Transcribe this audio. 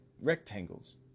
rectangles